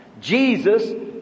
Jesus